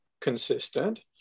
consistent